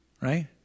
right